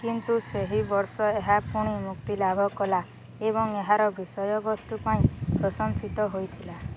କିନ୍ତୁ ସେହି ବର୍ଷ ଏହା ପୁଣି ମୁକ୍ତିଲାଭ କଲା ଏବଂ ଏହାର ବିଷୟବସ୍ତୁ ପାଇଁ ପ୍ରଶଂସିତ ହୋଇଥିଲା